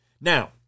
Now